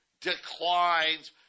declines